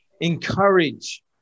encourage